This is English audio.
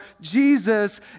Jesus